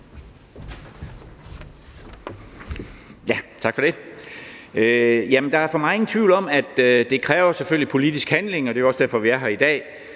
Tak for det. Der er for mig ingen tvivl om, at det selvfølgelig kræver politisk handling – og det er jo også derfor, vi er her i dag